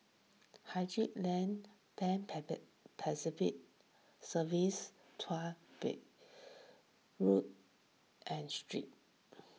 Haji Lane Pan Pacific Serviced Beach Road and Street